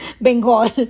Bengal